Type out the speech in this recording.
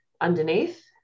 underneath